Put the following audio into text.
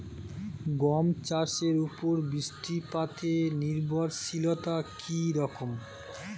গম চাষের উপর বৃষ্টিপাতে নির্ভরশীলতা কী রকম?